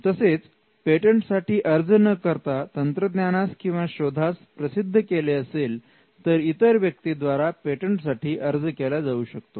तसेच पेटंटसाठी अर्ज न करता तंत्रज्ञानास किंवा शोधास प्रसिद्ध केले असेल तर इतर व्यक्तीं द्वारा पेटंटसाठी अर्ज केला जाऊ शकतो